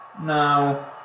no